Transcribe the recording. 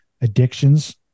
addictions